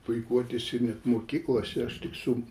puikuotis ir net mokyklose aš tik su